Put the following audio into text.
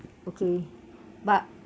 okay but